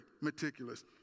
meticulous